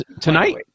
Tonight